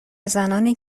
زنانی